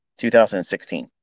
2016